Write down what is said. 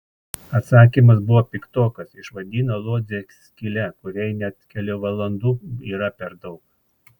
atsakymas buvo piktokas išvadino lodzę skyle kuriai net kelių valandų yra per daug